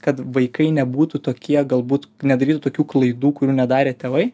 kad vaikai nebūtų tokie galbūt nedarytų tokių klaidų kurių nedarė tėvai